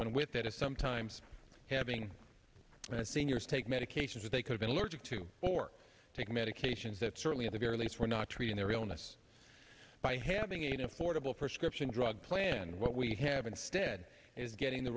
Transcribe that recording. one with that is sometimes having seniors take medications that they could be allergic to or taking medications that certainly the very least we're not treating their illness by having an affordable prescription drug plan what we have instead is getting the